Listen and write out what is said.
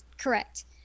Correct